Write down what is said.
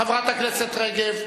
חברת הכנסת רגב.